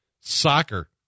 Soccer